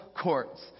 courts